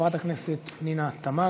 חברת הכנסת פנינה תמנו,